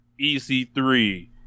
EC3